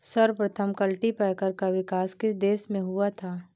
सर्वप्रथम कल्टीपैकर का विकास किस देश में हुआ था?